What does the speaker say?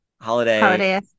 holiday